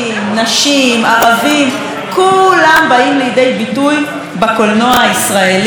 כולם באים לידי ביטוי בקולנוע הישראלי מכסף ממשלתי,